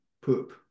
poop